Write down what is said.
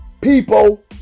people